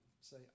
say